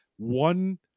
One